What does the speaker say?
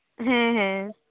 ᱦᱮᱸ ᱦᱮᱸ